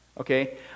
Okay